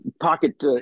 pocket